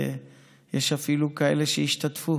ויש אפילו כאלה שהשתתפו.